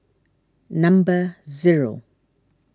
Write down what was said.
number zero